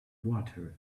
water